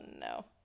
no